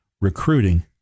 recruiting